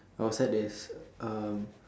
outside there's uh